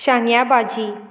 शांग्या बाजी